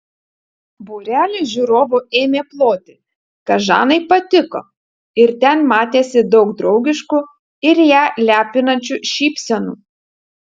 būrelis žiūrovų ėmė ploti kas žanai patiko ir ten matėsi daug draugiškų ir ją lepinančių šypsenų